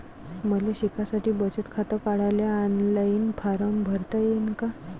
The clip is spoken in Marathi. मले शिकासाठी बचत खात काढाले ऑनलाईन फारम भरता येईन का?